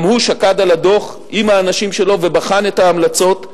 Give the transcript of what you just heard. גם הוא שקד על הדוח עם האנשים שלו ובחן את ההמלצות,